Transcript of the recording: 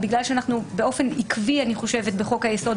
זה בגלל שאנחנו באופן עקבי בחוק היסוד,